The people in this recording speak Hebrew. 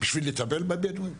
בשביל לטפל בבדואים.